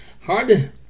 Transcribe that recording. hard